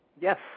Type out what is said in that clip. Yes